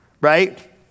right